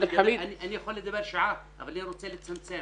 אני יכול לדבר שעה, אבל אני רוצה לצמצם.